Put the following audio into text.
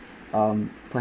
um per~